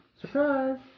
Surprise